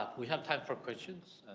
we have time for questions.